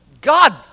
God